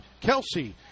Kelsey